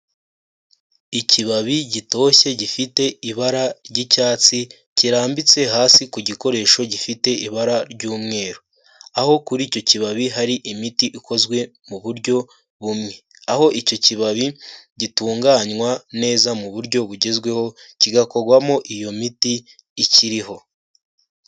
Ikibabi gitoshye gifite ibara ry'icyatsi kirambitse hasi ku gikoresho gifite ibara ry'umweru, aho kuri icyo kibabi hari imiti ikozwe mu buryo bumye, aho icyo kibabi gitunganywa neza mu buryo bugezweho kigakorwamo iyo miti ikiriho.